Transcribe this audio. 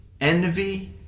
envy